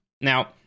now